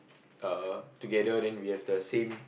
uh together then we have the same